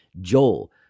Joel